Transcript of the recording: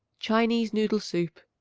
chinese noodle soup.